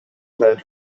planned